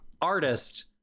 artist